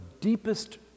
deepest